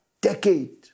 decade